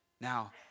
Now